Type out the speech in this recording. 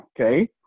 Okay